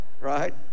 right